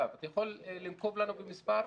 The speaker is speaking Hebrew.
אתה יכול לנקוב במספר?